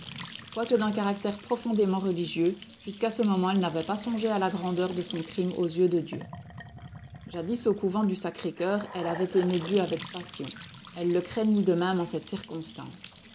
quoique d'un caractère profondément religieux jusqu'à ce moment elle n'avait pas songé à la grandeur de son crime aux yeux de dieu jadis au couvent du sacré-coeur elle avait aimé dieu avec passion elle le craignit de même en cette circonstance